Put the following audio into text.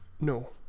No